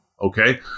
Okay